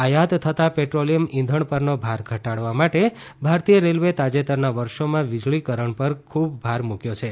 આયાત થતા પેટ્રોલિયમ ઈંધણ પરનો ભાર ઘટાડવા માટે ભારતીય રેલ્વેએ તાજેતરના વર્ષોમાં વીજળીકરણ પર ખૂબ ભાર મૂક્યો છે